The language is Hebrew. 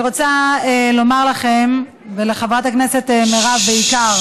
אני רוצה לומר לכם, ולחברת הכנסת מירב בעיקר,